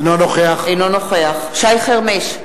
אינו נוכח שי חרמש,